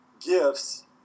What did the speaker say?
gifts